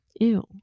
Ew